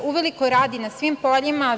Uveliko se radi na svim poljima.